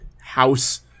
house